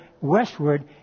westward